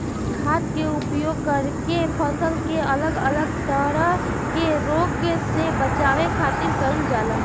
खाद्य के उपयोग करके फसल के अलग अलग तरह के रोग से बचावे खातिर कईल जाला